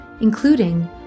including